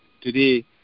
today